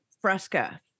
fresca